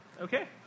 Okay